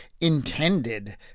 intended